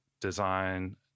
design